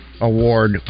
award